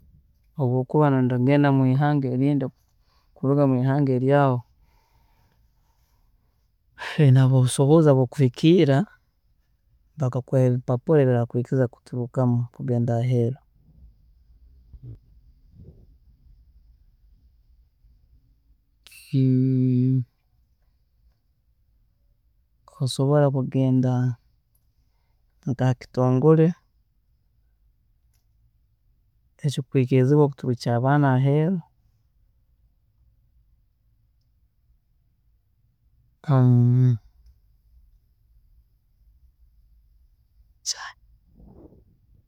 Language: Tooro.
﻿Obwokuba noyenda kugenda mwiihanga erindi kuruga mwiihanga eryaawe, haine aboobusobozi abu okuhikiirra bakakuha ebipapuro ebirakwiikiriza kuturukamu kugenda aheru, osobola kugenda nkahakitongore ekikwiikirizibwa tuturukya abaana aheru.